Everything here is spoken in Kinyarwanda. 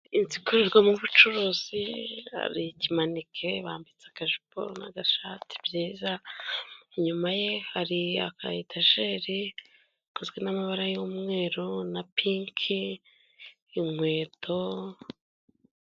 Inzu ikorerwamo ubucuruzi hari ikimaneke bambitse akajipo n'agashati byiza, inyuma ye hari akayetajeri gakozwe n'amabara y'umweru na pinki, inkweto.